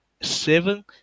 seven